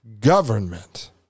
government